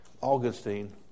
Augustine